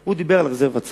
הוא דיבר על רזרבת שר.